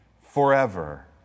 forever